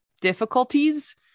difficulties